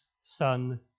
son